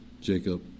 Jacob